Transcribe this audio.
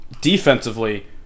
Defensively